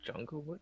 Junglewood